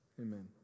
Amen